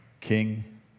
King